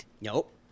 Nope